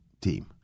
team